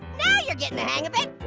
now you're getting the hang of it!